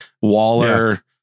Waller